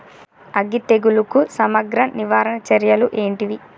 అగ్గి తెగులుకు సమగ్ర నివారణ చర్యలు ఏంటివి?